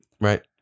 Right